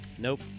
Nope